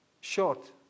short